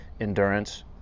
endurance